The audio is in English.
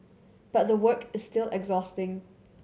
but the work is still exhausting